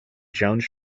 jones